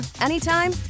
anytime